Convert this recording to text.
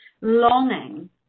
longing